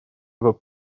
этот